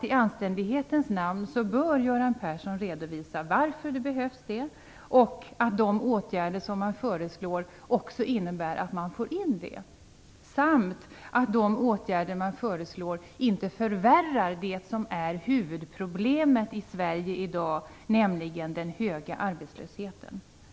I anständighetens namn bör Göran Persson redovisa varför de behövs och att de åtgärder som man föreslår också innebär att man får in dem samt att de åtgärder man föreslår inte förvärrar det som är huvudproblemet i Sverige i dag, nämligen den höga arbetslösheten.